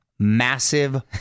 massive